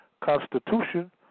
constitution